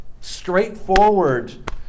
straightforward